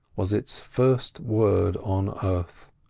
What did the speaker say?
was its first word on earth.